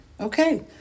Okay